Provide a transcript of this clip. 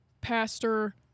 Pastor